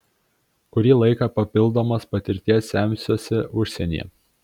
kurį laiką papildomos patirties semsiuosi užsienyje